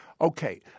Okay